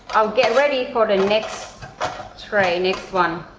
i'll get ready for the next tray next one.